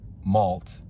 malt